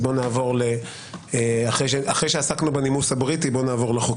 נעבור לחוק הנורבגי אחרי הנימוס הבריטי.